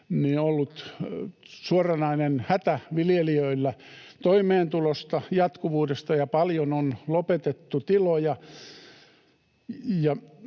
vuosi, suoranainen hätä viljelijöillä toimeentulosta, jatkuvuudesta, ja paljon on lopetettu tiloja.